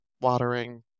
watering